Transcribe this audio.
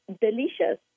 delicious